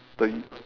like you